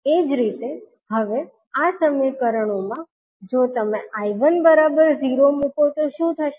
એ જ રીતે હવે આ સમીકરણમાં જો તમે 𝐈1 0 મૂકો તો શું થશે